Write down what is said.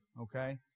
okay